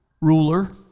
ruler